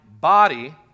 body